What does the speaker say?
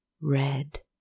Red